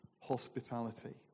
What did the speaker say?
hospitality